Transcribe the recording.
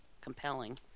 compelling